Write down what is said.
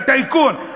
לטייקון,